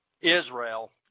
Israel